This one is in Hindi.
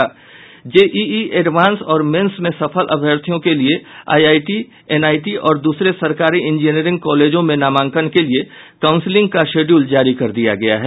जेईई एडवांस्ड और मेन्स में सफल अभ्यर्थियों के लिये आईआईटी एनआईटी और दूसरे सरकारी इंजीनियरिंग कॉलेजों में नामांकन के लिये कांउसिलिंग का शेड्यूल जारी कर दिया गया है